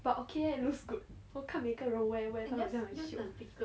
but okay eh it looks good 我看每个人 wear wear 看起来很 shiok